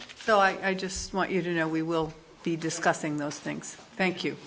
so i just want you to know we will be discussing those things thank you